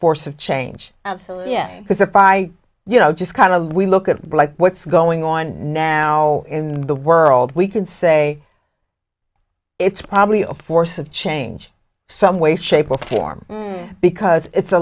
force of change absolutely yeah because if i you know just kind of we look at what's going on now in the world we can say it's probably a force of change some way shape or form because it's a